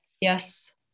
Yes